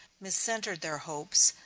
miscentred their hopes,